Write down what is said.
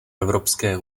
evropské